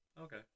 Okay